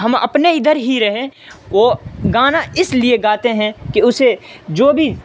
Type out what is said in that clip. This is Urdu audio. ہم اپنے ادھر ہی رہیں وہ گانا اس لیے گاتے ہیں کہ اسے جو بھی